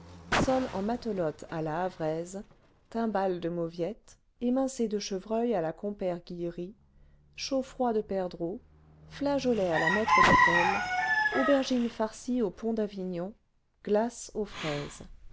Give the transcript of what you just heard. sole en matelote à la havraise timbale de mauviettes émincé de chevreuil à la compère g uillery chaufroid de perdreaux flageolets à la maître d'hôtel aubergines farcies au pont d'avignon glaces aux fraises